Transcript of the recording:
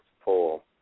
poll